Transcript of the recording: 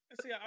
See